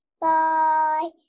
Bye